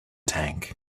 tank